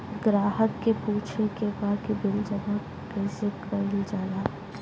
ग्राहक के पूछे के बा की बिल जमा कैसे कईल जाला?